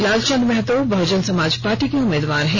लाल Chand Mahto Bahujan Samaj Party के उम्मीदवार हैं